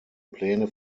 pläne